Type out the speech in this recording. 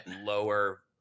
lower